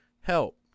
Help